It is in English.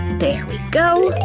there we go.